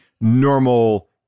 normal